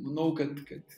manau kad kad